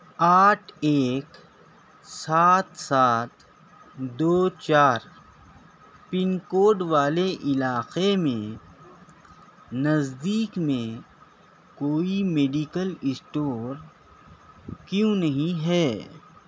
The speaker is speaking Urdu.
آٹھ ایک سات سات دو چار پن کوڈ والے علاقے میں نزدیک میں کوئی میڈیکل اسٹور کیوں نہیں ہے